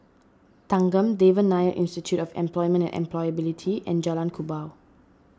Thanggam Devan Nair Institute of Employment and Employability and Jalan Kubor